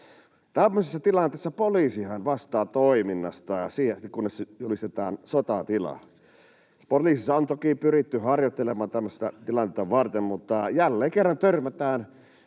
Tämmöisessä tilanteessa poliisihan vastaa toiminnasta siihen asti, kunnes julistetaan sotatila. Poliisissa on toki pyritty harjoittelemaan tämmöistä tilannetta varten, mutta jälleen kerran törmätään